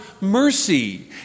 mercy